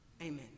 Amen